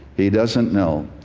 he doesn't know.